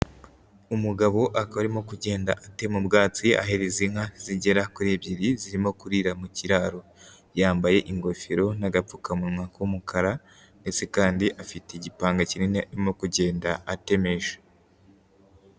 Umugabo akaba arimo kugenda atema ubwatsi ahereza inka zigera kuri ebyiri zirimo kurira mu kiraro, yambaye ingofero n'agapfukamunwa k'umukara ndetse kandi afite igipanga kinini arimo kugenda atemesha.